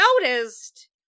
noticed